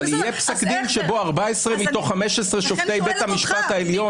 יהיה פסק דין שבו 14 מתוך 15 שופטי בית המשפט העליון